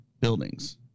buildings